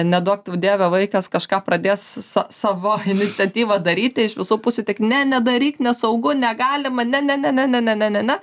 neduok dieve vaikas kažką pradės sa savo iniciatyva daryti iš visų pusių tik ne nedaryk nesaugu negalima ne ne ne ne ne ne ne